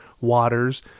waters